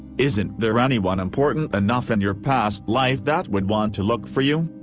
isn't there anyone important enough in your past life that would want to look for you?